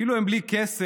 כאילו הם בלי כסף,